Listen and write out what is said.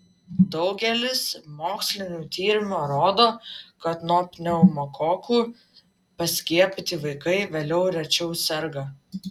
daugelis mokslinių tyrimų rodo kad nuo pneumokokų paskiepyti vaikai vėliau rečiau serga